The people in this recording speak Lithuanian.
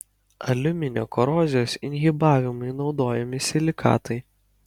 aliuminio korozijos inhibavimui naudojami silikatai